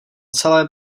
celé